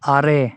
ᱟᱨᱮ